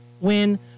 win